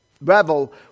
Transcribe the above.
revel